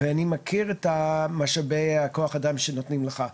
אני מכיר את משאבי כוח האדם שנותנים לך.